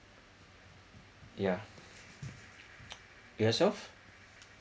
yeah yourself